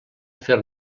fer